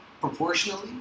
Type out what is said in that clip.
proportionally